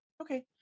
okay